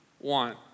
want